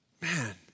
Man